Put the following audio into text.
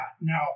Now